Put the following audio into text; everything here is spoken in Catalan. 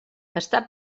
està